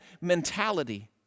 mentality